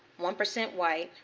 one percent white,